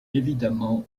évidemment